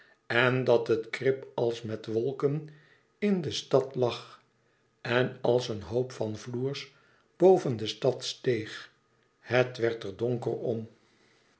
en dat het krip als met wolken in de stad lag en als een hoop van floers boven de stad steeg het werd er donker om